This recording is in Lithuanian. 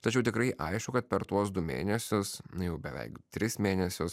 tačiau tikrai aišku kad per tuos du mėnesius jau beveik tris mėnesius